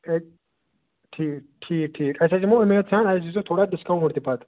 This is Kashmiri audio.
ٹھیٖک ٹھیٖک ٹھیٖک أسۍ حظ یِمَو اُمید سان اَسہِ حظ دی زیو تھوڑا ڈِسکاوُنٹ تہِ پَتہٕ